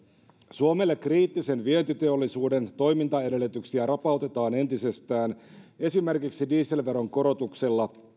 suomelle kriittisen vientiteollisuuden toimintaedellytyksiä rapautetaan entisestään esimerkiksi dieselveron korotuksella